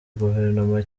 guverinoma